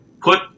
put